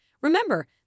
Remember